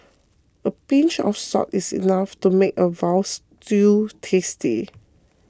a pinch of salt is enough to make a Veal Stew tasty